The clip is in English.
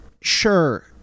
Sure